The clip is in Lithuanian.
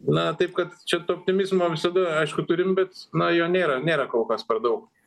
na taip kad čia to optimizmo visada aišku turim bet na jo nėra nėra kol kas per daug